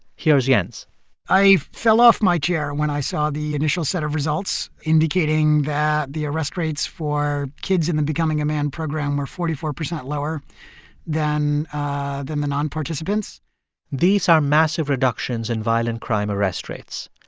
here's jens i fell off my chair when i saw the initial set of results indicating that the arrest rates for kids in the becoming a man program were forty four percent lower than than the non-participants these are massive reductions in violent crime arrest rates.